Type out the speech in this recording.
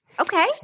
Okay